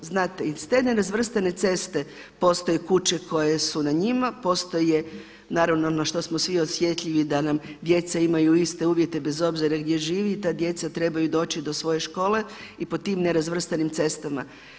Znate, iza te nerazvrstane ceste postoje koje su na njima, postoje naravno na ono što smo svi osjetljivi da nam djeca imaju iste uvjete bez obzira gdje živi i ta djeca trebaju doći do svoje škole i po tim nerazvrstanim cestama.